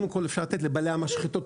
קודם כל לתת לבעלי המשחטות,